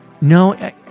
No